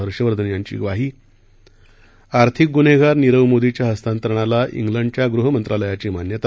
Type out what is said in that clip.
हर्षवर्धन यांची ग्वाही आर्थिक गुन्हेगार नीरव मोदीच्या हस्तांतरणाला ख्लिंडच्या गुहमंत्रालयाची मान्यता